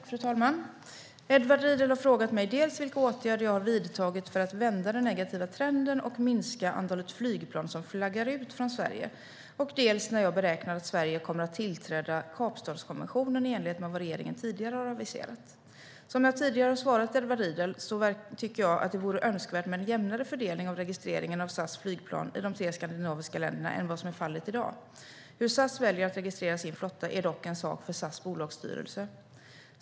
Fru talman! Edward Riedl har frågat mig dels vilka åtgärder jag har vidtagit för att vända den negativa trenden och minska antalet flygplan som flaggar ut från Sverige, dels när jag beräknar att Sverige kommer att tillträda Kapstadskonventionen i enlighet med vad regeringen tidigare har aviserat. Som jag tidigare har svarat Edward Riedl tycker jag att det vore önskvärt med en jämnare fördelning av registreringen av SAS flygplan i de tre skandinaviska länderna än vad som är fallet i dag. Hur SAS väljer att registrera sin flotta är dock en sak för SAS bolagsstyrelse.